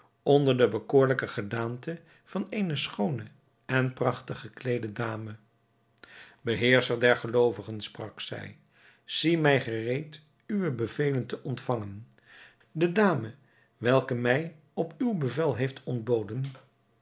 onder de bekoorlijke gedaante van eene schoone en prachtig gekleede dame beheerscher der geloovigen sprak zij zie mij gereed uwe bevelen te ontvangen de dame welke mij op uw bevel heeft